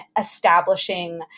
establishing